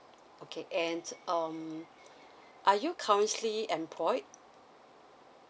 okay and um are you currently employed